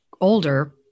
older